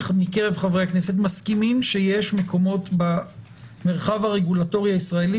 מסכימים שיש מקומות במרחב הרגולטורי הישראלי